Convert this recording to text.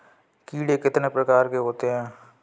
कीड़े कितने प्रकार के होते हैं?